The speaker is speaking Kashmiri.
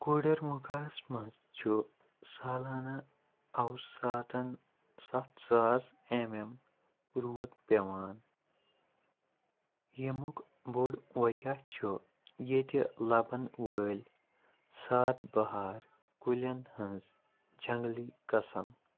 کوڈرمُکھاہَس منٛز چھُ سالانہٕ اوسطاً سَتھ ساس ایٚم ایٚم روٗد پٮ۪وان ییٚمُک بوٚڈ وجہ چھُ ییٚتہِ لَبَن وٲلۍ سات بہار کُلٮ۪ن ہٕنٛز جنٛگلی قٕسم